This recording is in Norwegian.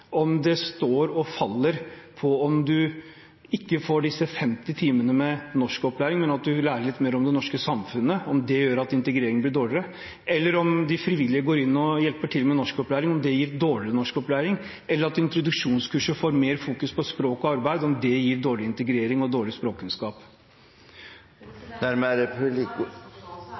om det står og faller på at man ikke får disse 50 timene med norskopplæring, men lærer litt mer om det norske samfunnet: Er det det som gjør at integreringen blir dårligere? Hvis de frivillige går inn og hjelper til med norskopplæring: Gir det dårligere norskopplæring? Hvis introduksjonskurset fokuserer mer på språk og arbeid: Gir det dårligere integrering og dårligere språkkunnskap? President, det en åpenbar misforståelse at SV har foreslått noe… Det er ikke adgang til noen ytterligere kommentarer på det.